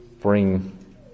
bring